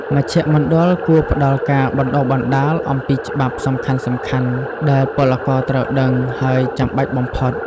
មជ្ឈមណ្ឌលគួរផ្តល់ការបណ្តុះបណ្តាលអំពីច្បាប់សំខាន់ៗដែលពលករត្រូវដឹង ហើយចាំបាច់បំផុត។